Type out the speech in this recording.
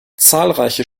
zahlreiche